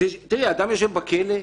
תראי, אדם יושב בכלא.